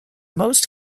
most